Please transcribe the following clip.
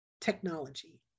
technology